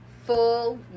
full